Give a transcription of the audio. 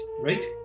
right